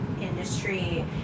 industry